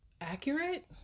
accurate